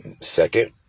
Second